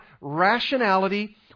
rationality